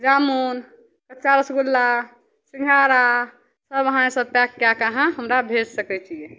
जामुन कच्चा रस्सगुल्ला सिन्घाड़ा सब इहाँ ईसब पैक कै के अहाँ हमरा भेजि सकै छिए